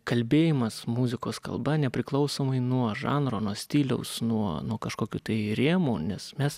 kalbėjimas muzikos kalba nepriklausomai nuo žanro nuo stiliaus nuo nuo kažkokių tai rėmų nes mes